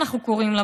אנחנו קוראים לה,